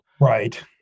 right